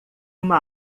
uma